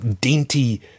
dainty